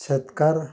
शेतकार